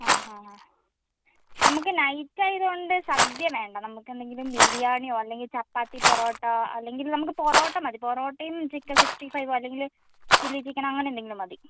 അ ആ ആ നമുക്ക് നൈറ്റ് ആയതുകൊണ്ട് സദ്യ വേണ്ട നമുക്കെന്തെങ്കിലും ബിരിയാണിയോ അല്ലെങ്കിൽ ചപ്പാത്തി പൊറോട്ട അല്ലെങ്കിൽ നമുക്ക് പൊറോട്ട മതി പൊറോട്ടയും ചിക്കൻ സിക്സ്റ്റി ഫൈവോ അല്ലെങ്കില് ചില്ലി ചിക്കൻ അങ്ങനെന്തെങ്കിലും മതി